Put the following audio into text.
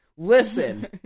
Listen